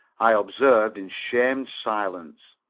i observed in shamed silence.